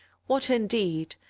what, indeed,